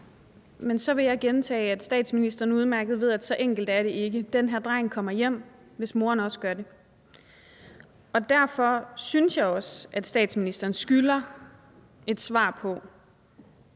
Så vil jeg gentage, at statsministeren udmærket ved, at så enkelt er det ikke. Den her dreng kommer hjem, hvis moderen også gør det. Derfor synes jeg også, at statsministeren skylder os et svar på,